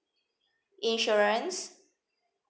insurance